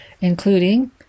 including